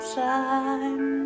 time